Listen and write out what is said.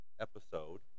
episode